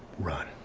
run.